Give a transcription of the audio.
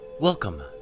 Welcome